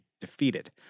defeated